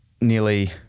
nearly